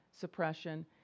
suppression